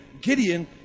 Gideon